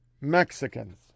Mexicans